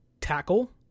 tackle